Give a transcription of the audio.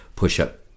push-up